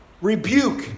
rebuke